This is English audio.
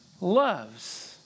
loves